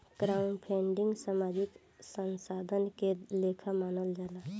crowdfunding सामाजिक अंशदान के लेखा मानल जाला